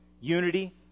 unity